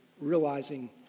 realizing